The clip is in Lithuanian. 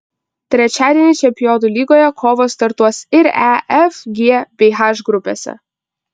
trečiadienį čempionų lygoje kovos startuos ir e f g bei h grupėse